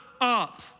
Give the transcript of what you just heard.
up